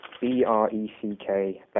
B-R-E-C-K